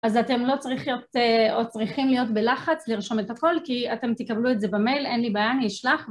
אז אתם לא צריכים להיות בלחץ לרשום את הכל כי אתם תקבלו את זה במייל, אין לי בעיה, אני אשלח.